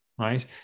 right